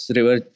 River